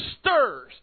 stirs